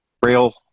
Braille